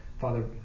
Father